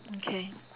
okay